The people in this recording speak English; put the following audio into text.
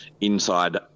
inside